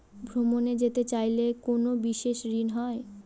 ভ্রমণে যেতে চাইলে কোনো বিশেষ ঋণ হয়?